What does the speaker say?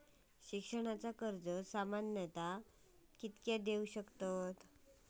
शिक्षणाचा कर्ज सामन्यता किती देऊ शकतत?